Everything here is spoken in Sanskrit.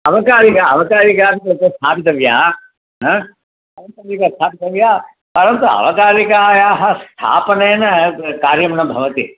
अवकारिका अवकारिका तत्र स्थापितव्या हा अवकारिका स्थापितव्या परन्तु अवकारिकायाः स्थापनेन कार्यं न भवति